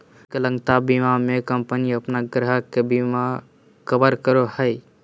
विकलांगता बीमा में कंपनी अपन ग्राहक के बिमा कवर करो हइ